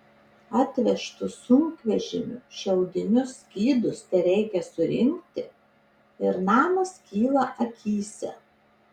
atvežtus sunkvežimiu šiaudinius skydus tereikia surinkti ir namas kyla akyse